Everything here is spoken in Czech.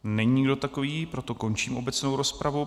Není nikdo takový, proto končím obecnou rozpravu.